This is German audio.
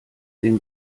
den